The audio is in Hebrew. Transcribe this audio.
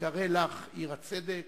יקרא לך עיר הצדק